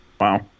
Wow